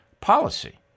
policy